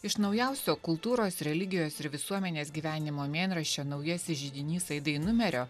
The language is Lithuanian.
iš naujausio kultūros religijos ir visuomenės gyvenimo mėnraščio naujasis židinys aidai numerio